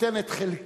תיתן את חלקה.